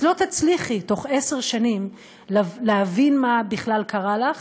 אז לא תצליחי בתוך עשר שנים להבין מה בכלל קרה לך